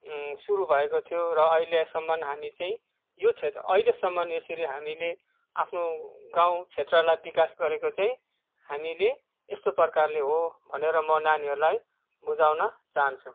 सुरु भएको थियो र अहिलेसम्म हामी चाहिँ यो क्षेत्रमा अहिलेसम्मन यसरी हामीले आफ्नो गाउँ क्षेत्रलाई विकास गरेको चाहिँ हामीले यस्तो प्रकारले हो भनेर म नानीहरूलाई बुझाउन चाहन्छु